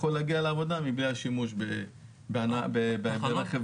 יכול להגיע לעבודה בלא שימוש ברכב פרטי.